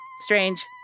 Strange